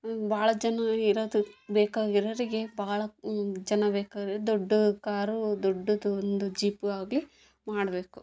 ಭಾಳ ಜನ ಇರೋದು ಬೇಕಾಗಿರೋವ್ರಿಗೆ ಭಾಳ ಜನ ಬೇಕಾದ್ರೆ ದೊಡ್ಡ ಕಾರು ದೊಡ್ಡದು ಒಂದು ಜೀಪು ಆಗಲಿ ಮಾಡಬೇಕು